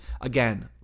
Again